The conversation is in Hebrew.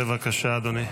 בבקשה, אדוני.